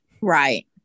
Right